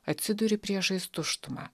atsiduri priešais tuštumą